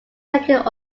second